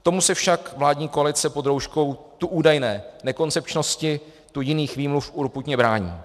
Tomu se však vládní koalice pod rouškou tu údajné nekoncepčnosti, tu jiných výmluv, urputně brání.